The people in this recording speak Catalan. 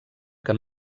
que